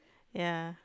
ya